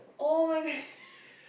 [oh]-my-god